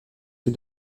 que